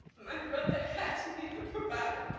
my brother had to be the provider.